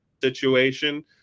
situation